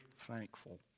thankful